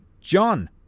John